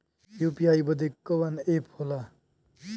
UPI बदे कवन app होला?